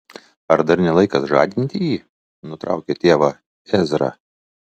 ar dar ne laikas žadinti jį nutraukė tėvą ezra